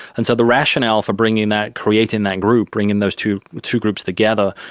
and so the rationale for bringing that, creating that group, bringing those two two groups together,